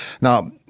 Now